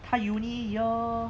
她 uni year